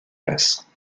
glace